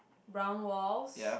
brown walls